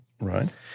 Right